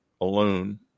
alone